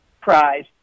prize